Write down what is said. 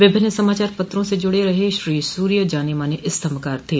विभिन्न समाचार पत्रों से जुड़े रहे श्री सूर्य जानेमाने स्तंभकार थे